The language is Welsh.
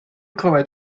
clywed